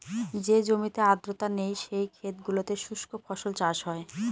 যে জমিতে আর্দ্রতা নেই, সেই ক্ষেত গুলোতে শুস্ক ফসল চাষ হয়